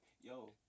Yo